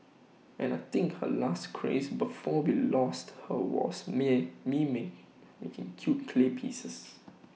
and I think her last craze before we lost her was making cute clay pieces